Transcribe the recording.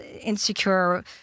insecure